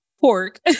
pork